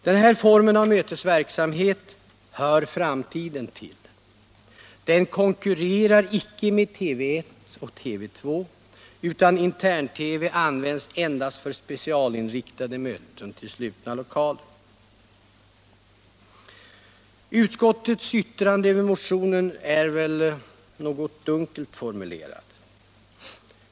Denna form av mötesverksamhet hör framtiden till. Den konkurrerar inte med TV 1 och TV 2, utan intern-TV används endast för specialinriktade möten till slutna lokaler. Utskottets yttrande över motionen är väl något dunkelt formulerat.